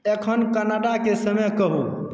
एखन कनाडाके समय कहू